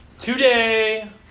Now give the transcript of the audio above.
Today